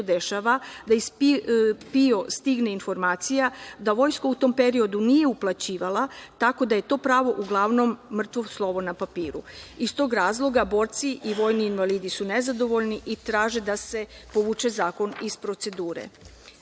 da iz PIO stigne informacija da vojska u tom periodu nije uplaćivala tako da je to pravo uglavnom mrtvo slovo na papiru. Iz tog razloga borci i vojni invalidi su nezadovoljni i traže da se povuče zakon iz procedure. Drugi